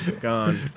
Gone